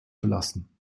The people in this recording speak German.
verlassen